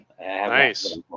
nice